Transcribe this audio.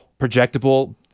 Projectable